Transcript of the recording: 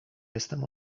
jestem